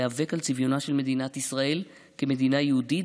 להיאבק על צביונה של מדינת ישראל כמדינה יהודית,